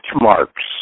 marks